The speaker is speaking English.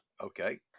Okay